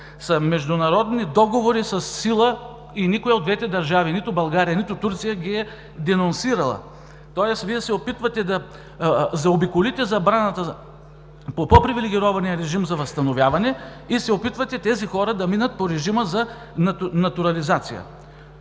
са международни договори със сила и никоя от двете държави – нито България, нито Турция, ги е денонсирала. Тоест Вие се опитвате да заобиколите забраната по по-привилегирования режим за възстановяване и се опитвате тези хора да минат по режима за натурализация.